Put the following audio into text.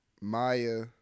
Maya